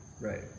Right